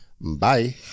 Bye